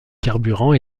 carburant